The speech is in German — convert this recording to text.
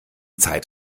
zeit